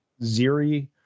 Ziri